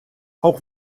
auch